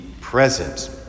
present